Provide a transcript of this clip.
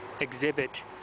exhibit